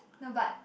no but